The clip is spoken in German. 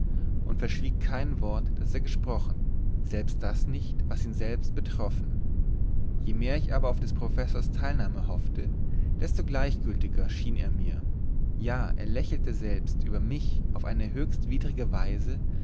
und verschwieg kein wort das er gesprochen selbst das nicht was ihn selbst betroffen je mehr ich aber auf des professors teilnahme hoffte desto gleichgültiger schien er mir ja er lächelte selbst über mich auf eine höchst widrige weise